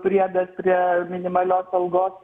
priedas prie minimalios algos